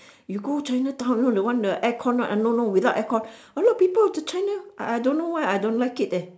you go chinatown you know the one with the air-con right ah no no without air-con a lot of people from china I don't know why I don't like it eh